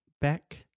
back